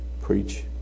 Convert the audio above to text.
preach